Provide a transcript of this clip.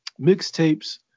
mixtapes